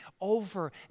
over